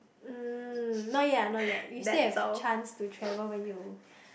mm not yet not yet you still have chance to travel when you